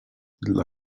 dla